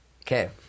Okay